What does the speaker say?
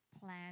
plan